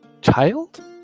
child